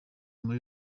muri